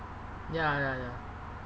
ya ya ya